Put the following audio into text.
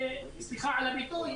ולעזאזל האזרח, סליחה על הביטוי.